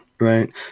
right